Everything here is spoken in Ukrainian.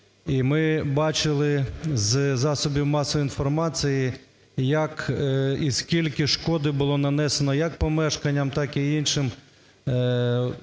і ми бачили з засобів масової інформації, як і скільки шкоди було нанесено як помешканням, так і іншим